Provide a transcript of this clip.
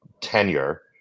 tenure